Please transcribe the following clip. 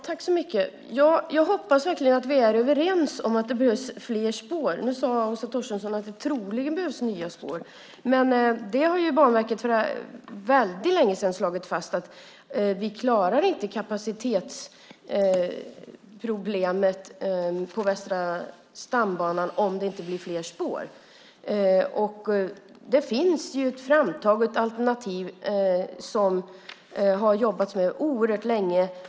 Herr talman! Jag hoppas verkligen att vi är överens om att det behövs fler spår. Nu sade Åsa Torstensson att det troligen behövs nya spår. Men Banverket har ju för väldigt länge sedan slagit fast att man inte klarar kapacitetsproblemet på Västra stambanan om det inte blir fler spår. Det finns ett framtaget alternativ som det har jobbats med oerhört länge.